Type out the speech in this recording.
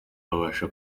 abasha